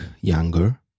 younger